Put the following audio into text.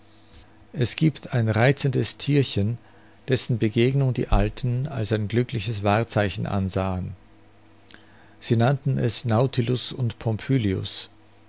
es giebt ein reizendes thierchen dessen begegnung die alten als ein glückliches wahrzeichen ansahen sie nannten es nautilus und